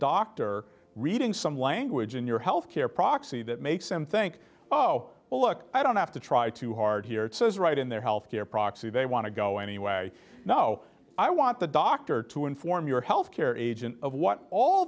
doctor reading some language in your health care proxy that makes them think oh well look i don't have to try too hard here it says right in their health care proxy they want to go anyway no i want the doctor to inform your health care agent of what all